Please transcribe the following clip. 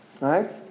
right